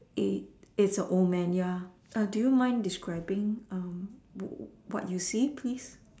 it it's a old man ya err do you mind describing um what you see please